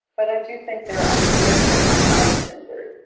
but i do think there are ideas that come out of string theory.